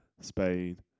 Spain